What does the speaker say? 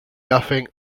nothing